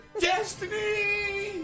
Destiny